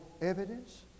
evidence